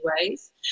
ways